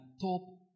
top